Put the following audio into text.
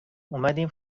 اومدیم